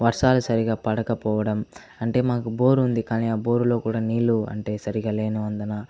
వర్షాలు సరిగ్గా పడకపోవడం అంటే మాకు బోరుంది కాని ఆ బోరులో కూడా నీళ్లు సరిగా లేనందువలన